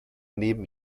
neben